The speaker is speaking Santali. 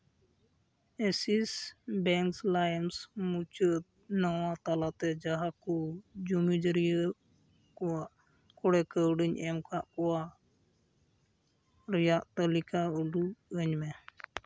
ᱮᱥᱤᱥ ᱵᱮᱝᱠ ᱞᱟᱭᱤᱢ ᱢᱩᱪᱟᱹᱫ ᱱᱚᱣᱟ ᱛᱟᱞᱟᱛᱮ ᱡᱟᱦᱟᱸ ᱠᱚ ᱡᱚᱢᱤᱡᱟᱹᱨᱤᱭᱟᱹ ᱠᱚᱣᱟᱜ ᱠᱚᱲᱮ ᱠᱟᱹᱣᱰᱤᱧ ᱮᱢ ᱠᱟᱫ ᱠᱚᱣᱟ ᱨᱮᱭᱟᱜ ᱛᱟᱹᱞᱤᱠᱟ ᱩᱫᱩᱜ ᱟᱹᱧᱢᱮ